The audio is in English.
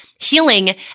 healing